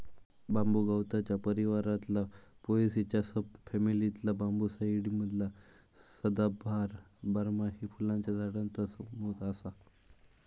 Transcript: बांबू गवताच्या परिवारातला पोएसीच्या सब फॅमिलीतला बांबूसाईडी मधला सदाबहार, बारमाही फुलांच्या झाडांचा समूह असा